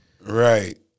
Right